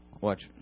watch